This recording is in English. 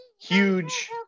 huge